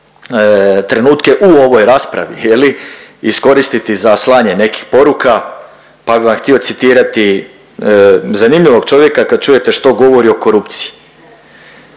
trenutke u ovoj raspravi je li iskoristiti za slanje nekih poruka, pa bi vam htio citirati zanimljivog čovjeka kad čujete što govori o korupciji.